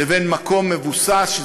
לבין מקום מבוסס,